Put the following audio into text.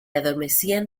adormecían